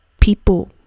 people